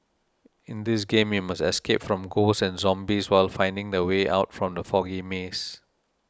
in this game you must escape from ghosts and zombies while finding the way out from the foggy maze